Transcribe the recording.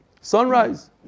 sunrise